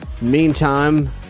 Meantime